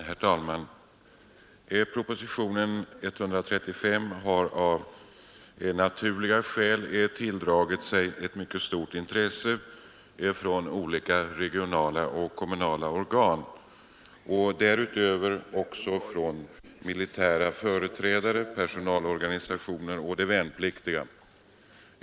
Herr talman! Propositionen 135 har av naturliga skäl tilldragit sig ett mycket stort intresse från olika regionala och kommunala organ och därutöver också från militära företrädare, personalorganisationer och de värnpliktiga.